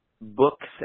books